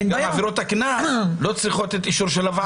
גם עבירות הקנס לא צריכות את אישור הוועדה.